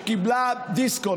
דיסקונט,